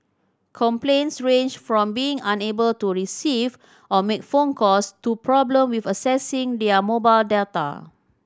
complaints ranged from being unable to receive or make phone calls to problem with accessing their mobile data